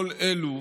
כל אלו